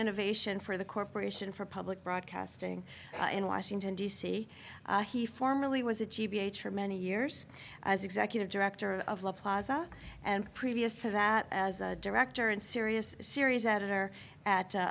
innovation for the corporation for public broadcasting in washington d c he formerly was a g b h for many years as executive director of la plaza and previous to that as a director and serious series editor at